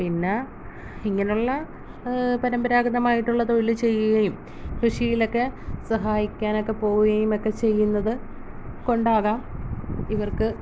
പിന്നെ ഇങ്ങനുള്ള പരമ്പരാഗതമായിട്ടുള്ള തൊഴിൽ ചെയ്യുകയും കൃഷിയിലൊക്കെ സഹായിക്കാനൊക്കെ പോവുകയുമെക്കെ ചെയ്യുന്നത് കൊണ്ടാകാം ഇവർക്ക്